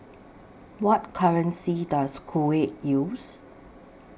What currency Does Kuwait use